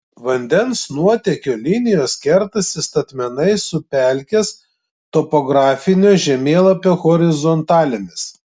vandens nuotėkio linijos kertasi statmenai su pelkės topografinio žemėlapio horizontalėmis